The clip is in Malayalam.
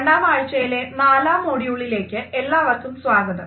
രണ്ടാം ആഴ്ചയിലെ നാലാം മോഡ്യൂളിലേക്ക് എല്ലാവർക്കും സ്വാഗതം